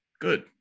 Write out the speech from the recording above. Good